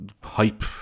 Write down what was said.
hype